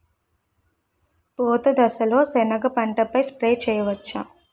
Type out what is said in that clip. పూత దశలో సెనగ పంటపై స్ప్రే చేయచ్చా?